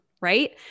right